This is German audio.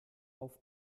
auf